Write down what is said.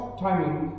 timing